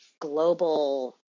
global